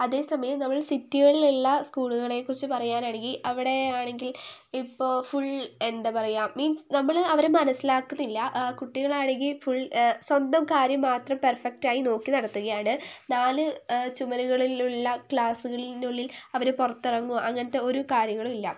അതെ സമയം നമ്മള് സിറ്റികളില് ഉള്ള സ്കൂളുകളെക്കുറിച്ച് പറയാനാണെങ്കിൽ അവിടെയാണെങ്കില് ഇപ്പോൾ ഫുള് എന്താ പറയുക മീന്സ് നമ്മൾ അവരെ മനസ്സിലാക്കുന്നില്ല കുട്ടികള് ആണെങ്കിൽ ഫുള് സ്വന്തം കാര്യം മാത്രം പെര്ഫെക്ട് ആയി നോക്കി നടത്തുകയാണ് നാല് ചുമരുകളില് ഉള്ള ക്ലാസ്സുകളിനുള്ളില് അവർ പുറത്ത് ഇറങ്ങുമോ അങ്ങനത്തെ ഒരു കാരൃങ്ങളും ഇല്ല